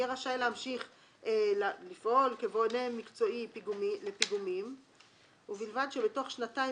יהיה רשאי להמשיך לפעול כבונה מקצועי לפיגומים ובלבד שבתוך שנתיים